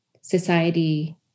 society